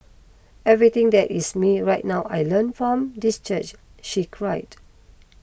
everything that is me right now I learn from this church she cried